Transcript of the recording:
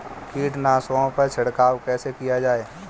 कीटनाशकों पर छिड़काव कैसे किया जाए?